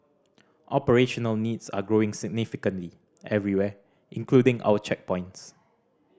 operational needs are growing significantly everywhere including our checkpoints